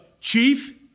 chief